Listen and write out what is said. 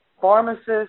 pharmacists